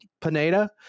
Pineda